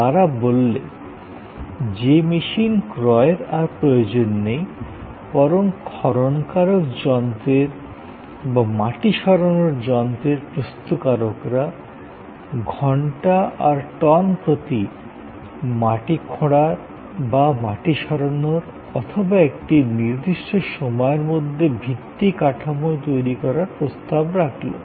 তারা বললে যে মেশিন ক্রয়ের আর প্রয়োজন নেই বরং খননকারক যন্ত্রের বা মাটি সরানোর যন্ত্রের প্রস্তূতকারকরা ঘন্টা আর টন প্রতি মাটি খোঁড়ার বা মাটি সরানোর অথবা একটি নির্দিষ্ট সময়ের মধ্যে ভিত্তি কাঠামো তৈরি করার প্রস্তাব রাখলো